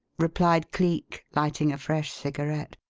replied cleek, lighting a fresh cigarette.